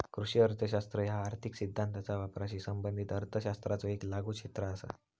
कृषी अर्थशास्त्र ह्या आर्थिक सिद्धांताचा वापराशी संबंधित अर्थशास्त्राचो येक लागू क्षेत्र असा